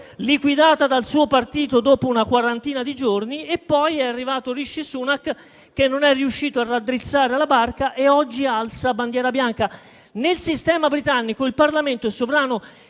liquidata dal suo partito dopo una quarantina di giorni, e poi è arrivato Rishi Sunak, che non è riuscito a raddrizzare la barca e oggi alza bandiera bianca. Nel sistema britannico il Parlamento è sovrano;